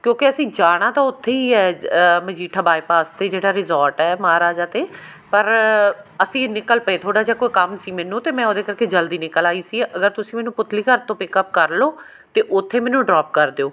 ਕਿਉਂਕਿ ਅਸੀਂ ਜਾਣਾ ਤਾਂ ਉੱਥੇ ਹੀ ਹੈ ਮਜੀਠਾ ਬਾਈਪਾਸ 'ਤੇ ਜਿਹੜਾ ਰਿਜ਼ੋਰਟ ਹੈ ਮਹਾਰਾਜਾ ਅਤੇ ਪਰ ਅਸੀਂ ਨਿਕਲ ਪਏ ਥੋੜ੍ਹਾ ਜਿਹਾ ਕੋਈ ਕੰਮ ਸੀ ਮੈਨੂੰ ਅਤੇ ਮੈਂ ਉਹਦੇ ਕਰਕੇ ਜਲਦੀ ਨਿਕਲ ਆਈ ਸੀ ਅਗਰ ਤੁਸੀਂ ਮੈਨੂੰ ਪੁਤਲੀ ਘਰ ਤੋਂ ਪਿਕਅੱਪ ਕਰ ਲਓ ਅਤੇ ਉੱਥੇ ਮੈਨੂੰ ਡਰੋਪ ਕਰ ਦਿਓ